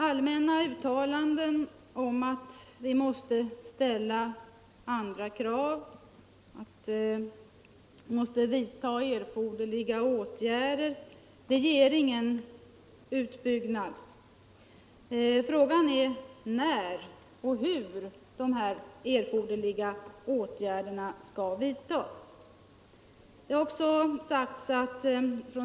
Allmänna uttalanden om att vi måste ställa andra krav och att vi måste vidta erforderliga åtgärder ger ingen utbyggnad. Frågan är när och hur de erforderliga åtgärderna skall vidtas.